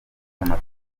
amatora